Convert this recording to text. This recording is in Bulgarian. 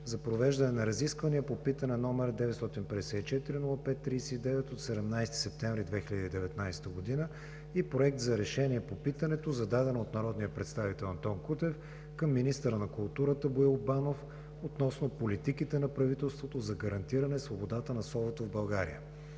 за провеждане на разисквания по питане № 954-05-39 от 17 септември 2019 г. и Проект за решение по питането, зададено от народния представител Антон Кутев към министъра на културата Боил Банов относно политиките на правителството за гарантиране свободата на словото в България.